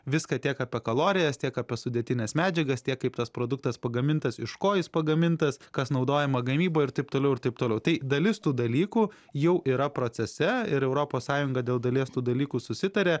viską tiek apie kalorijas tiek apie sudėtines medžiagas tiek kaip tas produktas pagamintas iš ko jis pagamintas kas naudojama gamyboj ir taip toliau ir taip toliau tai dalis tų dalykų jau yra procese ir europos sąjunga dėl dalies tų dalykų susitarė